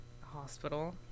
hospital